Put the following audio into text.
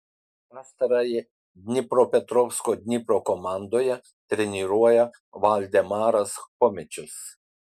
pastarąjį dnipropetrovsko dnipro komandoje treniruoja valdemaras chomičius